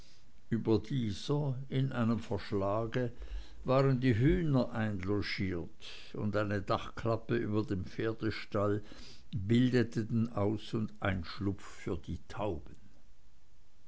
über dieser in einem verschlag waren die hühner einlogiert und eine dachklappe über dem pferdestall bildete den aus und einschlupf für die tauben